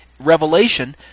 revelation